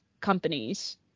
companies